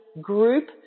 group